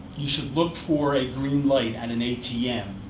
you should look for a green light at an atm.